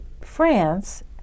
France